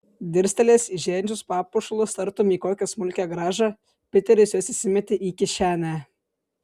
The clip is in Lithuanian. dirstelėjęs į žėrinčius papuošalus tartum į kokią smulkią grąžą piteris juos įsimetė į kišenę